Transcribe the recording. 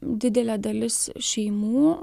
didelė dalis šeimų